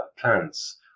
plants